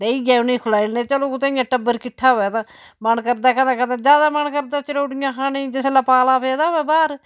देइयै उनें गी खलाई उड़ने चलो कुतै इयां टब्बर किट्ठा होऐ ते मन करदा कदें कदें ज्यादा मन करदा चरोड़ियां खाने गी जिलसै पाला पेदा होऐ बाह्र